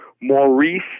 Maurice